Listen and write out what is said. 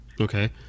Okay